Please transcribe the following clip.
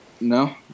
No